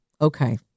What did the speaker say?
okay